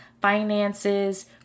finances